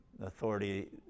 Authority